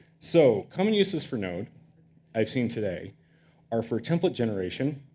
so common uses for node i've seen today are for template generation,